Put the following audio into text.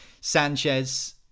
Sanchez